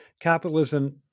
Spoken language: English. capitalism